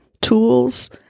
tools